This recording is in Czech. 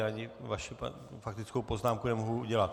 Ani vaši faktickou poznámku nemohu udělit.